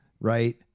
right